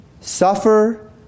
Suffer